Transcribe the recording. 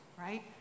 right